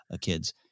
kids